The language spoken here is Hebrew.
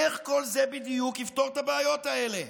איך כל זה בדיוק יפתור את הבעיות האלה?